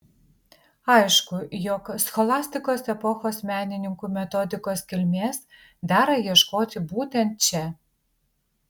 aišku jog scholastikos epochos menininkų metodikos kilmės dera ieškoti būtent čia